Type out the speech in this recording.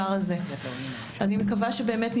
לא יכול להיות.